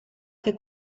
che